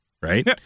right